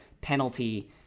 penalty